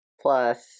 plus